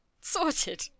Sorted